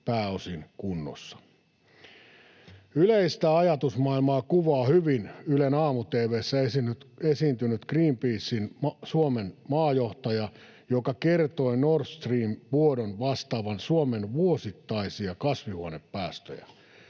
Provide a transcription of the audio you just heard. pääosin kunnossa? Yleistä ajatusmaailmaa kuvaa hyvin Ylen aamu-tv:ssä esiintynyt Greenpeacen Suomen maajohtaja, joka kertoi Nord Stream ‑vuodon vastaavan Suomen vuosittaisia kasvihuonepäästöjä.